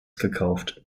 gekauft